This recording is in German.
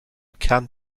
kern